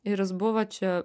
ir jis buvo čia